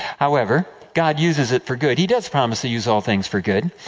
however, god uses it for good. he does promise to use all things for good.